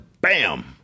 Bam